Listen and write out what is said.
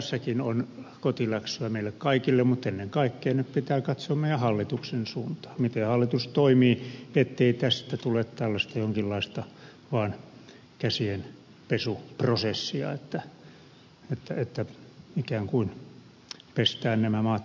tässäkin on kotiläksyä meille kaikille mutta ennen kaikkea nyt pitää katsoa meidän hallituksen suuntaan miten hallitus toimii ettei tästä tule vaan tällaista jonkinlaista käsienpesuprosessia että ikään kuin pestään nämä maat puhtaiksi